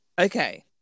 Okay